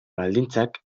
baldintzak